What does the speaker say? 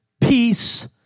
peace